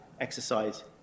exercise